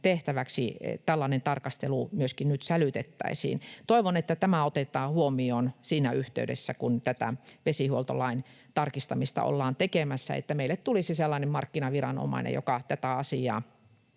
tehtäväksi myöskin nyt sälytettäisiin. Toivon, että tämä otetaan huomioon siinä yhteydessä, kun tätä vesihuoltolain tarkistamista ollaan tekemässä, että meille tulisi sellainen markkinaviranomainen, joka tätä asiaa